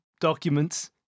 documents